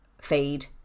feed